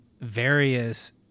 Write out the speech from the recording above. various